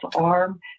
ARM